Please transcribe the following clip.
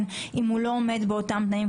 אם הוא לא עומד באותם תנאים,